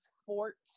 sports